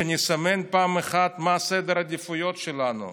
שנסמן פעם אחת מה סדר העדיפויות שלנו.